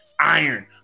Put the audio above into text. Iron